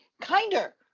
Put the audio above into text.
kinder